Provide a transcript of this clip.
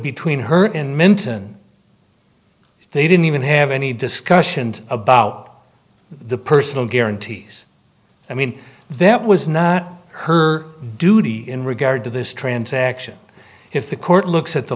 between her and minton they didn't even have any discussions about the personal guarantees i mean that was not her duty in regard to this transaction if the court looks at the